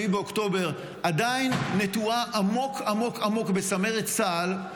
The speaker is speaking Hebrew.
באוקטובר עדיין נטועה עמוק עמוק עמוק בצמרת צה"ל.